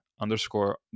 underscore